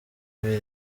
ibi